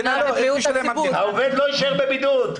העובד לא יישאר בבידוד.